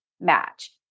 match